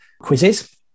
quizzes